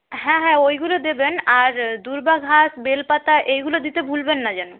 হ্যাঁ হ্যাঁ ওইগুলো দেবেন আর দুর্বা ঘাস বেলপাতা এইগুলো দিতে ভুলবেন না যেন